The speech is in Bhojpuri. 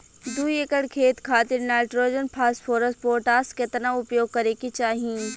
दू एकड़ खेत खातिर नाइट्रोजन फास्फोरस पोटाश केतना उपयोग करे के चाहीं?